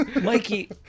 Mikey